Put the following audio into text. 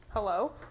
Hello